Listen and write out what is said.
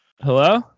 Hello